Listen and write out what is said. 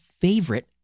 favorite